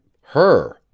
her